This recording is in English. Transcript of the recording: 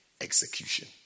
execution